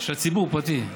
של הציבור, פרטי.